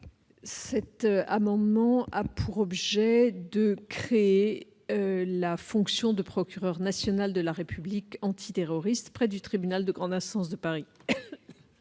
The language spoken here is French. Cet amendement a pour objet de créer la fonction de procureur de la République antiterroriste près le tribunal de grande instance de Paris.